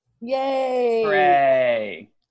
Yay